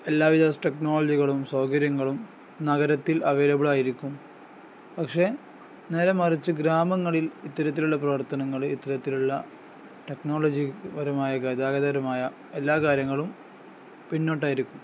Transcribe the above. എല്ലാ ടെക്നോളജികളും സൗകര്യങ്ങളും നഗരത്തിൽ അവൈലബിളായിരിക്കും പക്ഷെ നേരെ മറിച്ച് ഗ്രാമങ്ങളിൽ ഇത്തരത്തിലുള്ള പ്രവർത്തനങ്ങള് ഇത്തരത്തിലുള്ള ടെക്നോളജിപരമായ ഗതാഗതപരമായ എല്ലാ കാര്യങ്ങളും പിന്നോട്ടായിരിക്കും